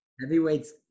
Heavyweight's